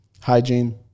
Hygiene